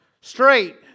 straight